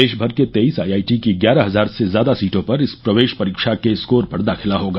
देशमर के तेईस आईआईटी की ग्यारह हजार से ज्यादा सीटों पर इस प्रवेश परीक्षा के स्कोर पर दाखिला होगा